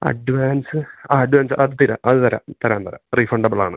advance ആ advance അത് തെരാ അത് തരാ തരാം തരാം റീഫണ്ടബ്ളാണ്